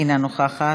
אינה נוכחת,